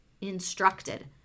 instructed